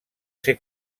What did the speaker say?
ser